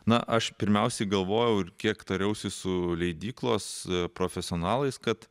na aš pirmiausia galvojau ir kiek tariausi su leidyklos profesionalais kad